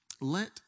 Let